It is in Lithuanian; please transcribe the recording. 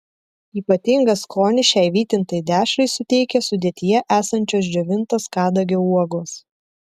ypatingą skonį šiai vytintai dešrai suteikia sudėtyje esančios džiovintos kadagio uogos